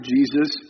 Jesus